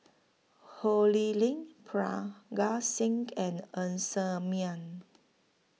Ho Lee Ling Parga Singh and Ng Ser Miang